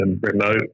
remote